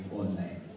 online